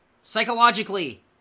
Psychologically